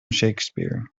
shakespeare